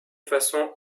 façon